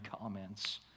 comments